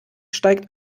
steigt